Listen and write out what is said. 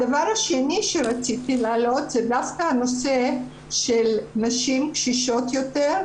דבר שני שרציתי להעלות זה דווקא הנושא של נשים קשישות יותר,